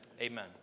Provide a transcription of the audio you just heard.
Amen